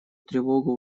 тревогу